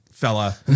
Fella